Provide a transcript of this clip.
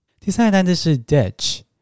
第三个单词是ditch